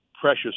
precious